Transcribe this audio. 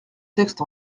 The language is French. texte